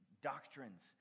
doctrines